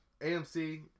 AMC